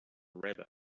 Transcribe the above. rabbit